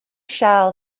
shall